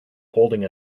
holding